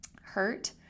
hurt